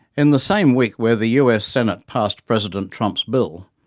in the same week where the us senate passed president trump's bill,